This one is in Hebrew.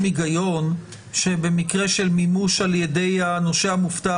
הגיון שבמקרה של מימוש על ידי הנושה המובטח